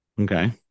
Okay